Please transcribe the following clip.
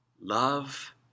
Love